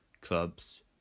clubs